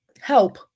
help